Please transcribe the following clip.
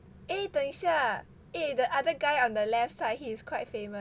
eh 等一下 eh the other guy on the left side he is quite famous